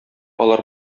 алар